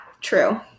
true